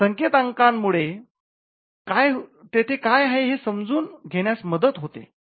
संकेतांक मुळे तेथे काय आहे हे समजून घेण्यास मदत होते